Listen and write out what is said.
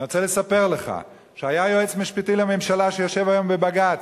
אני רוצה לספר לך שהיה יועץ משפטי לממשלה שיושב היום בבג"ץ,